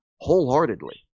wholeheartedly